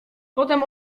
potem